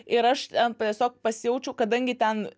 ir aš ten tiesiog pasijaučiau kadangi ten